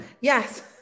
yes